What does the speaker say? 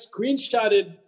screenshotted